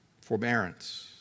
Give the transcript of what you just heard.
Forbearance